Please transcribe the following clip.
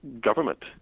government